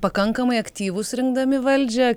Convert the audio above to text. pakankamai aktyvūs rinkdami valdžią